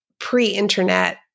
Pre-internet